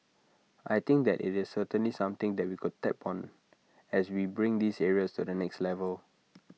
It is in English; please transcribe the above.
I think that IT is certainly something that we could tap on as we bring these areas to the next level